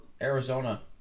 Arizona